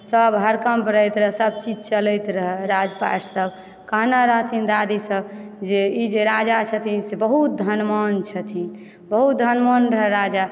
सब हड़कम्प रहैत रहए सब चीज चलैत रहए राजपाट सब कहने रहथिन दादी सब जे ई जे राजा छथिन से बहुत धनवान छथिन बहुत धनवान रहए राजा